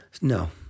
no